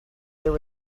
there